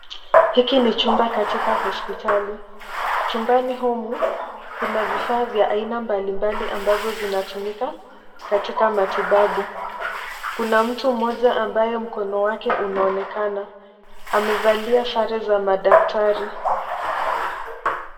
Hiki ni chumba katika hospitali. Chumbani humu kuna vifaa vya aina mbalimbali ambazo zinatumika katika matibabu. Kuna mtu moja ambaye mkono wake unaonekana, amevalia sare za madaktari.